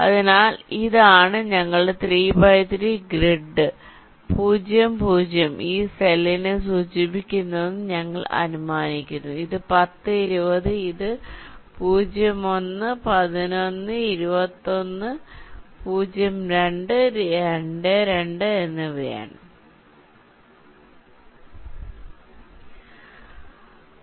അതിനാൽ ഇതാണ് ഞങ്ങളുടെ ത്രീ ബൈ ത്രീ ഗ്രിഡ് 0 0 ഈ സെല്ലിനെ സൂചിപ്പിക്കുന്നുവെന്ന് ഞങ്ങൾ അനുമാനിക്കുന്നു ഇത് 10 20 ഇത് 01 11 21 02 22 എന്നിവയാണ്